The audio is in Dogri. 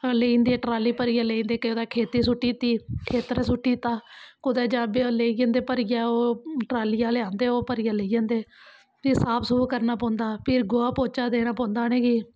लेई जंदे ट्राली भरियै लेई जंदे खेतर सुट्टी दित्ती खेतर सुट्टी दित्ता कुदै जां लेई जंदे भरियै ओह् ट्राली आह्ले आंदे ओह् भरियै लेई जंदे फ्ही साफ सूफ करना पौंदा फिर गोहा पोचा देना पौंदा उ'नेंगी